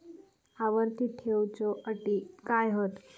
आवर्ती ठेव च्यो अटी काय हत?